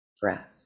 breath